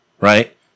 right